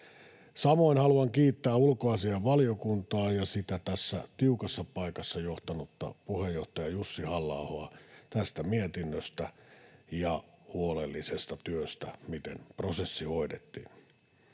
Samoin haluan kiittää ulkoasiainvaliokuntaa ja sitä tässä tiukassa paikassa johtanutta puheenjohtaja Jussi Halla-ahoa tästä mietinnöstä ja siitä huolellisesta työstä, miten prosessi hoidettiin.